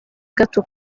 gato